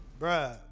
Bruh